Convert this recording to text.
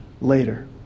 later